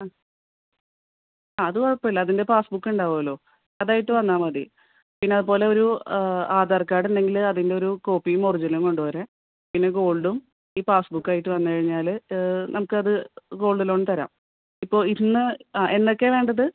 ആ അത് കുഴപ്പമില്ല അതിൻ്റെ പാസ്ബുക്ക് ഉണ്ടാവുമല്ലോ അതുമായിട്ട് വന്നാൽ മതി പിന്നതുപോലെയൊരു ആധാർ കാർഡുണ്ടെങ്കിൽ അതിൻ്റെയൊരു കോപ്പിയും ഒറിജിനലും കൊണ്ടുപോര് പിന്നെ ഗോൾഡും ഈ പാസ്സ്ബുക്കുമായിട്ട് വന്നുകഴിഞ്ഞാൽ നമുക്കത് ഗോൾഡ് ലോൺ തരാം ഇപ്പോൾ ഇന്ന് ആ എന്നേക്കാണ് വേണ്ടത്